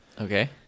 Okay